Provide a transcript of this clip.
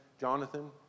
Jonathan